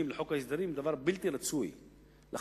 לחוק ההסדרים זה דבר בלתי רצוי לחלוטין.